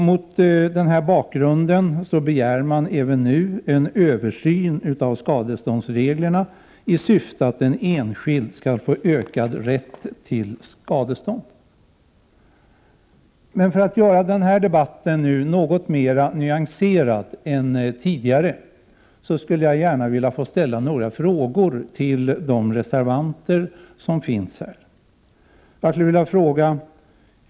Mot den bakgrunden begär man även nu en översyn av skadeståndsreglerna i syfte att en enskild skall få ökad rätt till skadestånd. För att göra den här debatten något mer nyanserad än tidigare skulle jag gärna vilja ställa några frågor till de reservanter som finns här i kammaren.